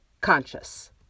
conscious